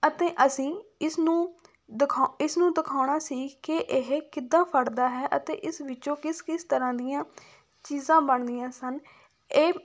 ਅਤੇ ਅਸੀਂ ਇਸਨੂੰ ਦਿਖਾਉ ਇਸਨੂੰ ਦਿਖਾਉਣਾ ਸੀ ਕਿ ਇਹ ਕਿੱਦਾਂ ਫਟਦਾ ਹੈ ਅਤੇ ਇਸ ਵਿੱਚੋਂ ਕਿਸ ਕਿਸ ਤਰ੍ਹਾਂ ਦੀਆਂ ਚੀਜ਼ਾਂ ਬਣਦੀਆਂ ਸਨ ਇਹ